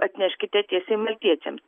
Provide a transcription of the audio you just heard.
atneškite tiesiai maltiečiams